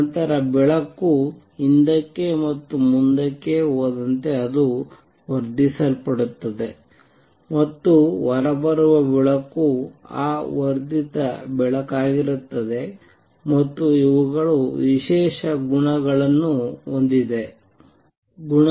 ನಂತರ ಬೆಳಕು ಹಿಂದಕ್ಕೆ ಮತ್ತು ಮುಂದಕ್ಕೆ ಹೋದಂತೆ ಅದು ವರ್ಧಿಸಲ್ಪಡುತ್ತದೆ ಮತ್ತು ಹೊರಬರುವ ಬೆಳಕು ಆ ವರ್ಧಿತ ಬೆಳಕಾಗಿರುತ್ತದೆ ಮತ್ತು ಇವುಗಳು ವಿಶೇಷ ಗುಣಗಳನ್ನು ಹೊಂದಿವೆ